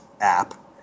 app